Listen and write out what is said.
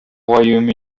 royaume